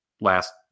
last